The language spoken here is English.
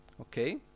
Okay